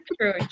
true